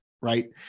Right